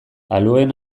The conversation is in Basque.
aluen